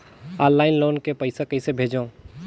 Online loan के पईसा कइसे भेजों?